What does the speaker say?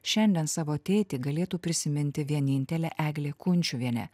šiandien savo tėtį galėtų prisiminti vienintelė eglė kunčiuvienė